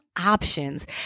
options